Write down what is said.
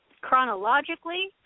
chronologically